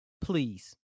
please